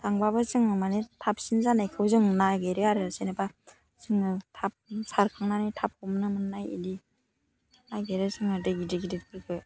थांबाबो जोङो माने थाबसिन जानायखौ जों नागिरो आरो जेनेबा जोङो थाबनो सारखांनानै थाब थाब हमनो मोननाय बिदि नागिरो जोङो दै गिदिर गिदिरफोरखौ